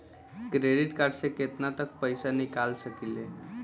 Credit card से केतना तक पइसा निकाल सकिले?